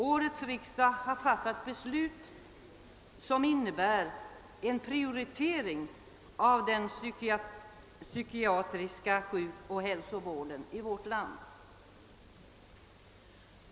Årets riksdag har fattat beslut som innebär en prioritering av den psykiatriska sjukoch hälsovården i vårt land.